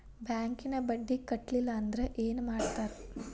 ಬ್ಯಾಂಕಿನ ಬಡ್ಡಿ ಕಟ್ಟಲಿಲ್ಲ ಅಂದ್ರೆ ಏನ್ ಮಾಡ್ತಾರ?